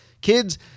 kids